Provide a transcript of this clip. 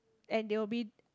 and they will be